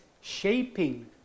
shaping